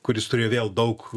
kuris turėjo vėl daug